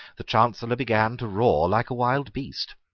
the chancellor began to roar like a wild beast.